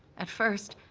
at first,